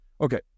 Okay